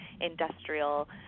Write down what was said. industrial